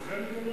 לכן,